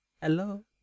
Hello